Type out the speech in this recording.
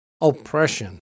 oppression